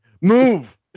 Move